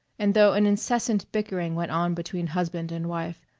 and though an incessant bickering went on between husband and wife,